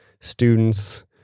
students